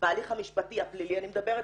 בהליך המשפטי הפלילי אני מדברת,